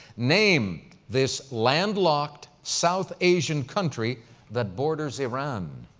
name this landlocked south asian country that borders iran.